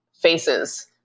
faces